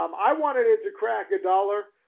um i wanted it to crack a dollar.